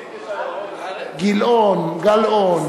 גילאון, גלאון.